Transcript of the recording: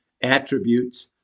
attributes